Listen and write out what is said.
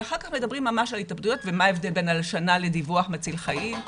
ואחר כך מדברים ממש על התאבדויות ומה ההבדל בין הלשנה לדיווח מציל חיים.